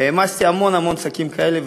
העמסתי המון המון שקים כאלה,